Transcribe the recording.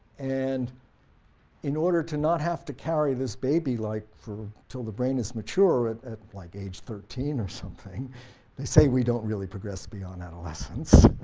and in order to not have to carry this baby like for until the brain is mature at at like age thirteen or something they say we don't really progress beyond adolescents